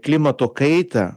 klimato kaita